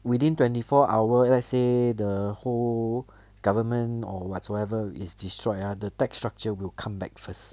within twenty four hour let's say the whole government or whatsoever is destroyed ah the tax structure will come back first